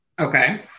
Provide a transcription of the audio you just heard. Okay